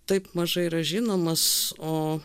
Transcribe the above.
taip mažai yra žinomas o